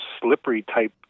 slippery-type